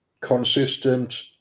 consistent